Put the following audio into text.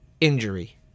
injury